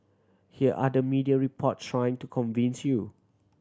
here are the media report trying to convince you